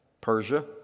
Persia